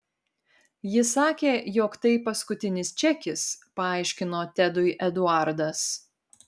ji sakė jog tai paskutinis čekis paaiškino tedui eduardas